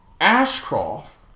Ashcroft